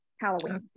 Halloween